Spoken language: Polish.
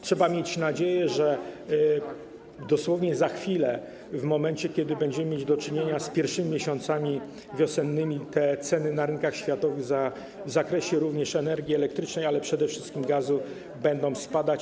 Trzeba mieć nadzieję, że dosłownie za chwilę, kiedy będziemy mieli do czynienia z pierwszymi miesiącami wiosennymi, te ceny na rynkach światowych również w zakresie energii elektrycznej, ale przede wszystkim gazu, będą spadać.